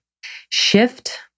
Shift